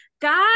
Guys